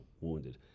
wounded